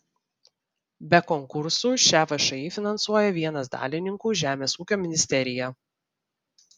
be konkursų šią všį finansuoja vienas dalininkų žemės ūkio ministerija